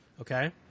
Okay